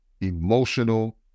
emotional